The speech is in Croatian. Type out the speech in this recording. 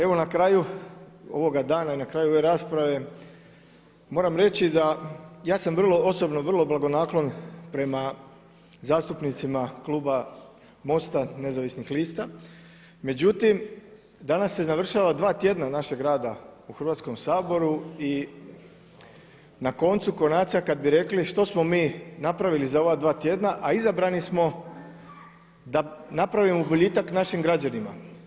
Evo na kraju ovoga dana i na kraju ove rasprave moram reći da ja sam vrlo osobno, vrlo blagonaklon prema zastupnicima kluba MOST-a Nezavisnih lista, međutim danas se navršava 2 tjedna našeg rada u Hrvatskom saboru i na koncu konaca kada bi rekli što smo mi napravili za ova dva tjedna a izabrani smo da napravimo boljitak našim građanima.